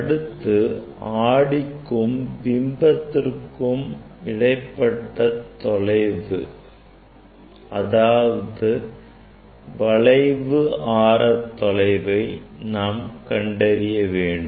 அடுத்து ஆடிக்கும் பிம்பத்திற்கு இடைப்பட்ட தொலைவு அதாவது வளைவு ஆரத்தொலைவை தான் கண்டறிய வேண்டும்